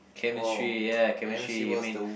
Chemistry ya Chemistry I mean